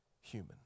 human